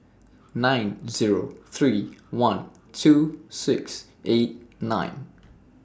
nine Zero three one two six eight nine